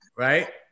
Right